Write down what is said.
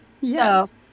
Yes